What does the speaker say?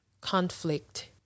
conflict